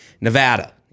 Nevada